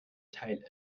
teile